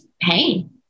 pain